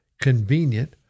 convenient